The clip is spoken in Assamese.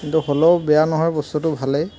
কিন্তু হ'লেও বেয়া নহয় বস্তুটো ভালেই